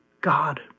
God